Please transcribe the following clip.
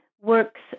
works